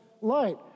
light